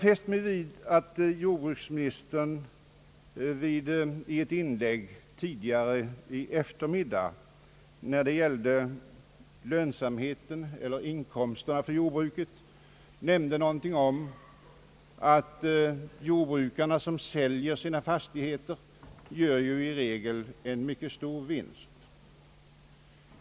När jordbruksministern i ett inlägg tidigare i dag tog upp frågan om jordbrukets lönsamhet nämnde han att jordbrukare som säljer sina fastigheter i regel gör mycket stora vinster.